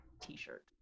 t-shirt